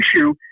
issue